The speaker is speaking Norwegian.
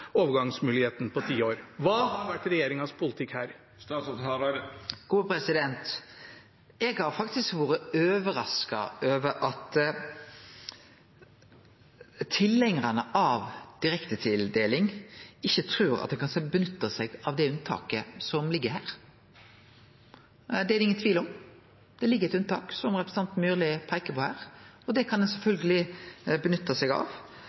på ti år? Hva har vært regjeringens politikk her? Eg har faktisk vore overraska over at tilhengjarane av direktetildeling ikkje trur at ein kan nytte seg av det unntaket som ligg her. Det er ingen tvil om at det ligg eit unntak her, som representanten Myrli peiker på, og det kan ein sjølvsagt nytte seg av.